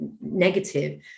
negative